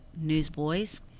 Newsboys